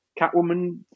Catwoman